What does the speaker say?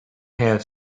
have